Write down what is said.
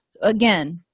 Again